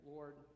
Lord